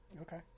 Okay